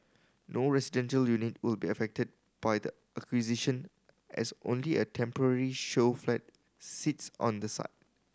no residential unit will be affected by the acquisition as only a temporary show flat sits on the site